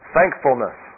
Thankfulness